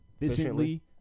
efficiently